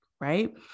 Right